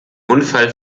unfall